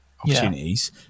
opportunities